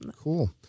Cool